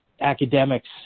academics